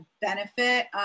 benefit